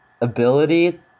ability